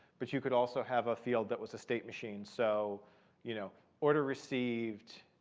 but you could also have a field that was a state machine. so you know order received,